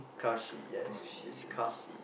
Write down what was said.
Kashi yes it's Kashi